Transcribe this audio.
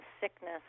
sickness